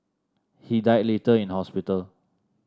he died later in hospital